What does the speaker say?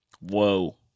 Whoa